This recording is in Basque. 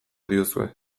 diozue